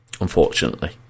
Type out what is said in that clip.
unfortunately